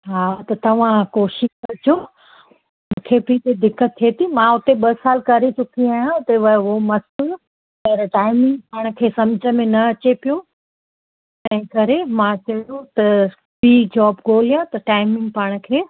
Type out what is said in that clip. हा त तव्हां कोशिशि कजो मूंखे बि त दिक़त थिए थी मां उते ॿ साल करे चुकी आहियां उते व हो मस्तु हुयो पर टाईमिंग पाण खे सम्झ में न अचे पियो तंहिं करे मां चयो त ॿी जॉब ॻोल्हियां त टाईमिंग पाण खे